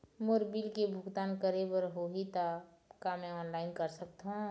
मोर bill के भुगतान करे बर होही ता का मैं ऑनलाइन कर सकथों?